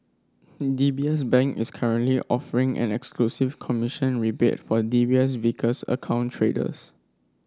D B S Bank is currently offering an exclusive commission rebate for D B S Vickers account traders